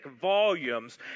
volumes